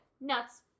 Nuts